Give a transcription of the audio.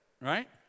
right